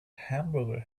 hamburger